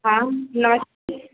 हाँ नमस्ते